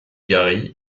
gary